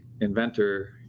inventor